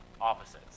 opposites